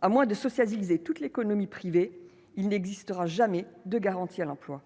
à moins de sociabiliser toute l'économie privée il n'existera jamais, de garantir l'emploi